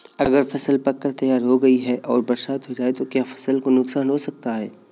अगर फसल पक कर तैयार हो गई है और बरसात हो जाए तो क्या फसल को नुकसान हो सकता है?